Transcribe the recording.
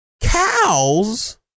Cows